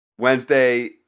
Wednesday